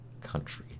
country